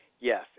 Yes